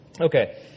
Okay